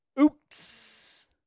Oops